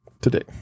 today